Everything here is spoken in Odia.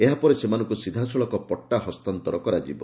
ଏହାପରେ ସେମାନଙ୍କୁ ସିଧାସଳଖ ପଟ୍ଟା ହସ୍ତାନ୍ତର କରାଯିବ